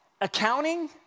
accounting